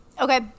Okay